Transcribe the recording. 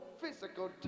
physical